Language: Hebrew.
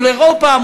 מול אירופה,